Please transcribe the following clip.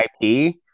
IP